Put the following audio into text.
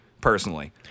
personally